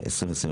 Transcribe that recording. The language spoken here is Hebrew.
וב-2024,